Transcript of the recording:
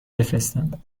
بفرستم